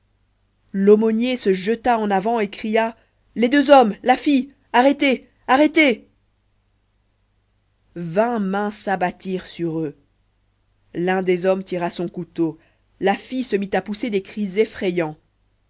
l'aumônier se jeta en avant et cria les deux hommes la fille arrêtez arrêtez vingt mains s'abattirent sur eux l'un des hommes tira son couteau la fille se mit à pousser des cris effrayants